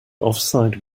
offside